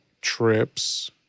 trips